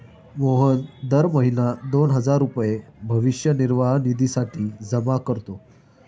मोहन दर महीना दोन हजार रुपये भविष्य निर्वाह निधीसाठी जमा करतो